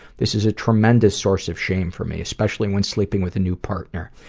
this is a tremendous source of shame for me. especially when sleeping with a new partner.